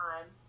time